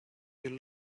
you